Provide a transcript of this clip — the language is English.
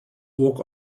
walk